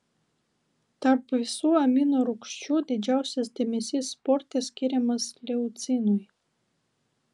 tarp visų amino rūgščių didžiausias dėmesys sporte skiriamas leucinui